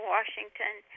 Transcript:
Washington